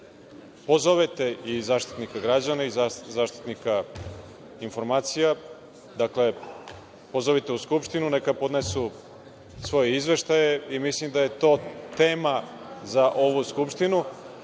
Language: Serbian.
pozovete i Zaštitnika građana i Zaštitnika informacija, pozovite u Skupštinu, neka podnesu svoje izveštaje i mislim da je to tema za ovu Skupštinu,